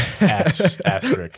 asterisk